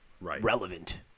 relevant